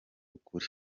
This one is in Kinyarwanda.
ukuri